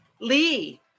Lee